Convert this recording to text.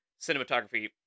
cinematography